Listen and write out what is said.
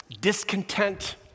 Discontent